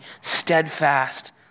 steadfast